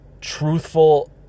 truthful